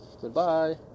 goodbye